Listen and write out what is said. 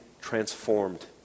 transformed